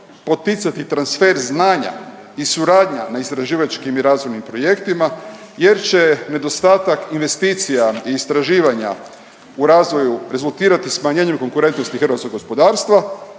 poticati transfer znanja i suradnja na istraživačkim i razvojnim projektima jer će nedostatak investicija i istraživanja u razvoju rezultirati smanjenjem konkurentnosti hrvatskog gospodarstva